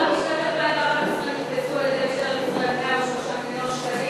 מה שמלמד על כמות,